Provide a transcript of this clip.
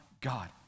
God